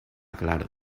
claro